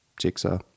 Jigsaw